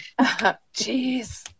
jeez